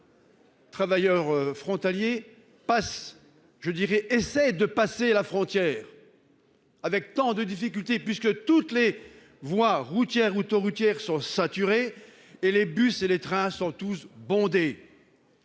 Travailleurs frontaliers parce je dirais essaie de passer la frontière. Avec tant de difficultés, puisque toutes les voies routières, autoroutières sont saturés et les bus et les trains sont tous bondés.